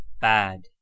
bad